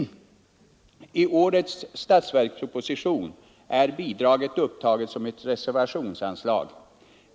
I årets statsverksproposition är bidraget upptaget som reservationsanslag.